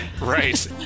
Right